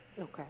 Okay